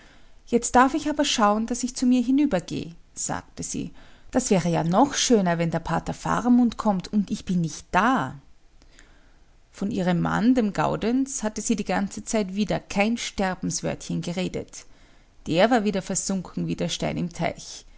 jetzt darf ich aber schauen daß ich zu mir hinüber geh sagte sie das wäre ja noch schöner wenn der pater faramund kommt und ich bin nicht da von ihrem mann dem gaudenz hatte sie die ganze zeit wieder kein sterbenswörtchen geredet der war wieder versunken wie der stein im teich